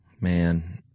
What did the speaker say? Man